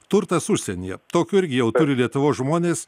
turtas užsienyje tokių irgi jau turi lietuvos žmonės